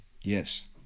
Yes